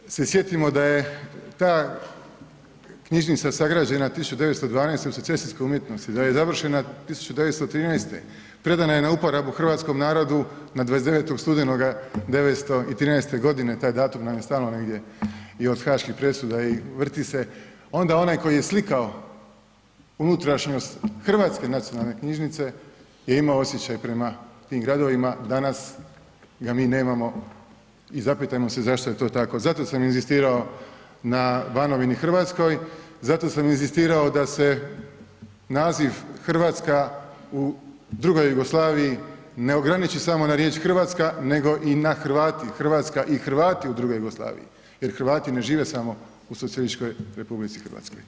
Kada se sjetimo da je ta knjižnica sagrađena 1912. u secesijskom umjetnosti, da je završena 1913., predana je na uporabu hrvatskom narodu na 29. studenoga 1913.g., taj datum nam je stalno negdje i od haških presuda i vrti se, onda onaj koji je slikao unutrašnjost Hrvatske nacionalne knjižnice je imao osjećaj prema tim gradovima, danas ga mi nemamo i zapitajmo se zašto je to tako, zato sam inzistirao na Banovini hrvatskoj, zato sam inzistirao da se naziv Hrvatska u drugoj Jugoslaviji ne ograniči samo na riječ Hrvatska, nego i na Hrvati, Hrvatska i Hrvati u drugoj Jugoslaviji, jer Hrvati ne žive samo u socijalističkoj RH.